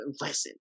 listen